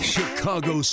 Chicago